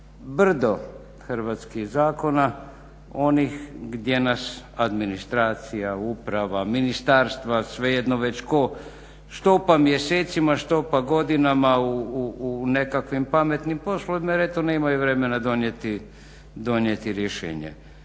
brdo hrvatskih zakona, onih gdje nas administracija, uprava, ministarstva svejedno već tko štopa mjesecima, štopa godina u nekakvim pametnim poslovima jer eto oni imaju vremena donijeti rješenje.